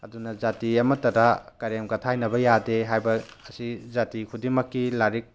ꯑꯗꯨꯅ ꯖꯥꯇꯤ ꯑꯃꯠꯇꯗ ꯀꯔꯦꯝ ꯀꯊꯥꯏꯅꯕ ꯌꯥꯗꯦ ꯍꯥꯏꯕ ꯑꯁꯤ ꯖꯥꯇꯤ ꯈꯨꯗꯤꯡꯃꯛꯀꯤ ꯂꯥꯏꯔꯤꯛ